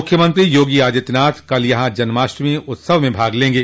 मुख्यमंत्री योगी आदित्यनाथ कल यहां जन्माष्टमी उत्सव में भाग लेंगे